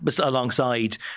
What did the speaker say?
alongside